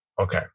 okay